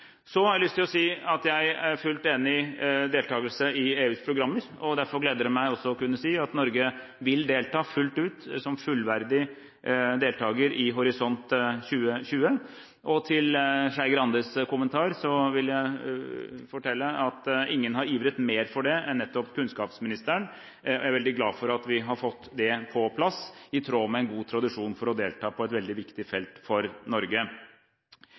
Så har jeg lyst til å si at jeg er fullt enig i deltakelse i EUs programmer. Derfor gleder det meg også å kunne si at Norge vil delta fullt ut som fullverdig deltaker i Horisont 2020. Og til Skei Grandes kommentar vil jeg fortelle at ingen har ivret mer for det enn nettopp kunnskapsministeren. Jeg er veldig glad for at vi har fått det på plass, i tråd med en god tradisjon for å delta på et veldig viktig felt for Norge.